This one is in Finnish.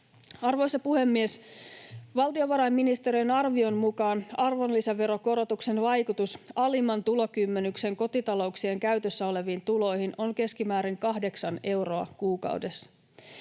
Arvoisa puhemies! Valtiovarainministeriön arvion mukaan arvonlisäverokorotuksen vaikutus alimman tulokymmenyksen kotitalouksien käytössä oleviin tuloihin on keskimäärin kahdeksan euroa kuukaudessa.